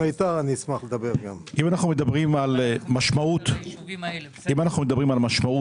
אם אנחנו מדברים על משמעות אמיתית,